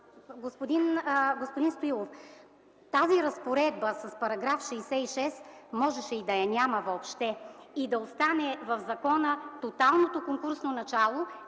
Господин Стоилов, тази разпоредба с § 66 можеше и да я няма въобще и в закона да остане тоталното конкурсно начало